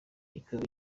ikaba